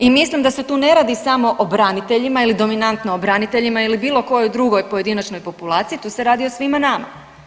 I mislim da se tu ne radi samo o braniteljima ili dominantno o braniteljima ili bilo kojoj drugoj pojedinačnoj populaciji, tu se radi o svima nama.